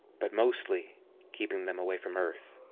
but mostly keeping them away from earth.